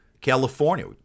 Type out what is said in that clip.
California